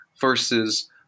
versus